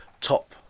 top